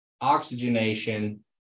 oxygenation